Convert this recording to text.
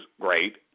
great